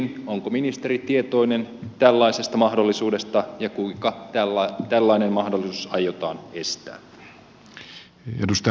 onko ministeri tietoinen tällaisesta mahdollisuudesta ja kuinka tällainen mahdollisuus aiotaan estää